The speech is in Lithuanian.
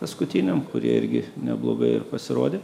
paskutiniam kur jie irgi neblogai ir pasirodė